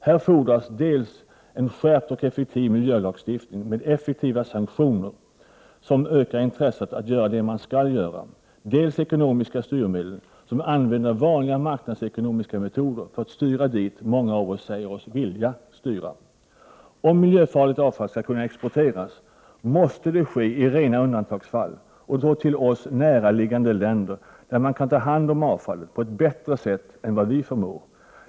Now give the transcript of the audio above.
Här fordras dels en skärpt och effektiv miljölagstiftning, med effektiva sanktioner som ökar intresset att göra det man skall göra, dels ekonomiska styrmedel som använder vanliga marknadsekonomiska metoder för att styra dit många av oss säger sig vilja styra. Om miljöfarligt avfall skall kunna exporteras måste det ske i rena undantagsfall och då till oss näraliggande länder, där man kan ta hand om avfallet på ett bättre sätt än vad vi förmår.